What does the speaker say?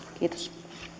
kiitos